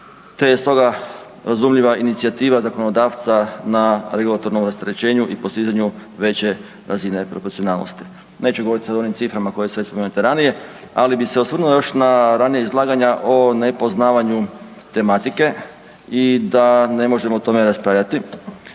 te je stoga i razumljiva inicijativa zakonodavca na regulatornom rasterećenju i postizanju veće razine proporcionalnosti. Neću govoriti sada o onim ciframa koje su već spomenute ranije, ali bi se osvrnuo još na ranija izlaganja o nepoznavanju tematike i da ne možemo o tome raspravljati.